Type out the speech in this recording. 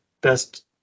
best